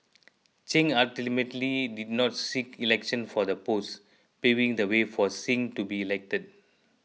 Chen ultimately did not seek election for the post paving the way for Singh to be elected